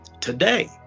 today